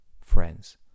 friends